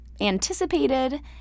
anticipated